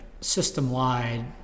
system-wide